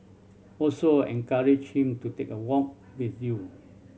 also encourage him to take a walk with you